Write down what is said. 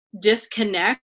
disconnect